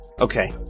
Okay